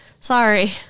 sorry